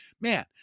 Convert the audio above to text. man